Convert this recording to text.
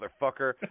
motherfucker